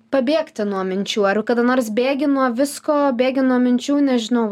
pabėgti nuo minčių ar kada nors bėgi nuo visko bėgi nuo minčių nežinau